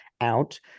out